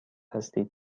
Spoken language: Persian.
هستید